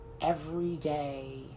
everyday